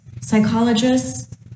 psychologists